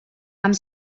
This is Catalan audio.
amb